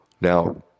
Now